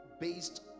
based